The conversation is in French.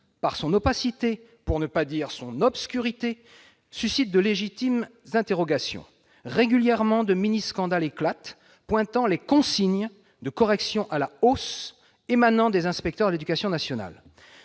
par son opacité, pour ne pas dire son obscurité, suscite de légitimes interrogations. Régulièrement, de mini-scandales éclatent, pointant les consignes de correction à la hausse émanant des inspecteurs de l'éducation nationale.